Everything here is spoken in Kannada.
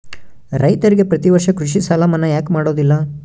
ರೈತರಿಗೆ ಪ್ರತಿ ವರ್ಷ ಕೃಷಿ ಸಾಲ ಮನ್ನಾ ಯಾಕೆ ಮಾಡೋದಿಲ್ಲ?